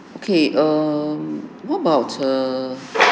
okay err what about err